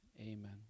Amen